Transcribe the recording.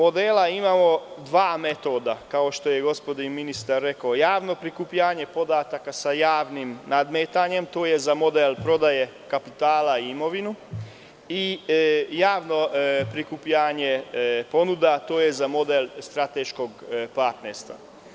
Pored modela imamo dva metoda, kao što je gospodin ministar rekao, javno prikupljanje podataka sa javnim nadmetanjem, tu je za model prodaje kapitala i imovinu i javno prikupljanje, mislim na ponude, a to je za model strateškog partnerstva.